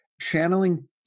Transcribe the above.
channeling